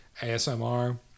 ASMR